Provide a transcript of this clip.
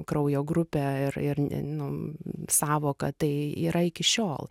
kraujo grupę ir ir nu sąvoką tai yra iki šiol